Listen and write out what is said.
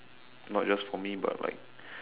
not just for me but like